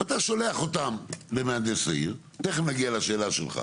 אתה שולח אותן למהנדס העיר, תכף נגיע לשאלה שלך,